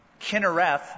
Kinnereth